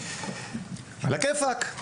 על הכיפק.